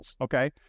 okay